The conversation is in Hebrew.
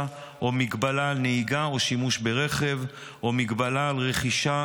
או מגבלה על נהיגה או שימוש ברכב או מגבלה על רכישה,